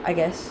I guess